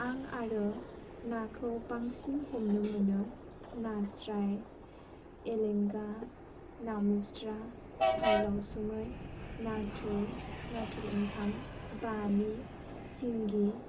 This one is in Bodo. आं आरो नाखौ बांसिन हमनो मोनो नास्राय एलेंगा ना मुस्रा साल दाउसुमै नाथुर नाथुर ओंखाम बामि सिंगि